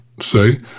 say